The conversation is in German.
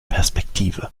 perspektive